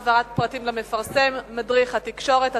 העברת פרטים למפרסם מדריך התקשרות),